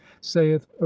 saith